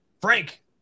Frank